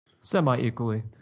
Semi-equally